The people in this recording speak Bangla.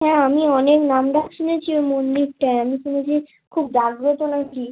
হ্যাঁ আমি অনেক নাম ডাক শুনেছি ওই মন্দিরটার আমি শুনেছি খুব জাগ্রত নাকি